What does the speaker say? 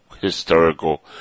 historical